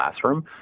classroom